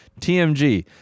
TMG